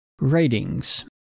ratings